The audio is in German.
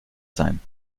sein